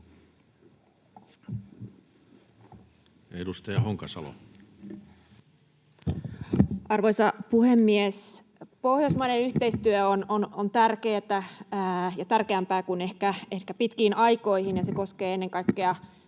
15:05 Content: Arvoisa puhemies! Pohjoismaiden yhteistyö on tärkeätä ja tärkeämpää kuin ehkä pitkiin aikoihin, ja se koskee tällä hetkellä